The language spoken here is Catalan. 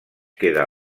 queda